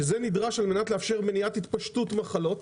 שנדרשים על מנת לאפשר מניעת התפשטות מחלות,